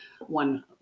one